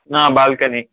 balcony